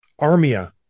Armia